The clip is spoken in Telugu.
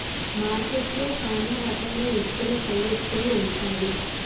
మార్కెట్లో సాన రకాల ఎత్తుల పైఎత్తులు ఉంటాది